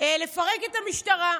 לפרק את המשטרה.